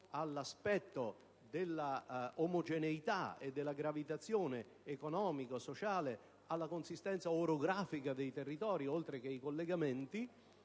all'aspetto dell'omogeneità e della gravitazione economica, sociale e alla consistenza orografica dei territori, oltre che ai collegamenti,